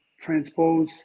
transpose